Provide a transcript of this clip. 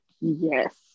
yes